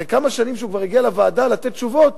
אחרי כמה שנים הוא כבר הגיע לוועדה לתת תשובות,